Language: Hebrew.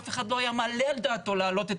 אף אחד לא היה מעלה על דעתו לעלות את